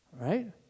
Right